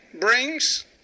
brings